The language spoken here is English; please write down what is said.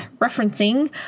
referencing